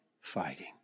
fighting